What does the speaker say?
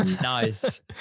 nice